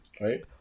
Right